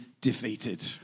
defeated